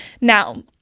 Now